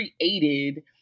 created